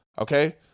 Okay